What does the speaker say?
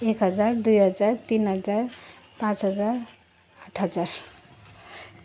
एक हजार दुई हजार तिन हजार पाँच हजार आठ हजार